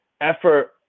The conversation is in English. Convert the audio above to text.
effort